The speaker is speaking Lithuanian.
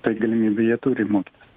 tai galimybių jie turi mokytis